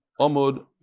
Amud